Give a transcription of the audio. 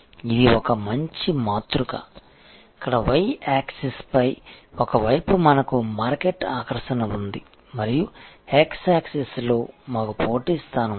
ఇది ఒక మంచి మాతృక ఇక్కడ y యాక్సెస్పై ఒక వైపు మనకు మార్కెట్ ఆకర్షణ ఉంది మరియు x యాక్సెస్లో మాకు పోటీ స్థానం ఉంది